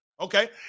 Okay